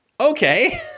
Okay